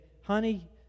honey